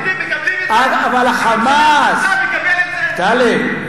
אבל ה"חמאס", טלב.